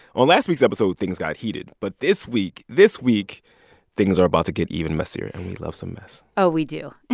on last week's episode, things got heated. but this week this week things are about to get even messier, and we love some mess oh, we do. and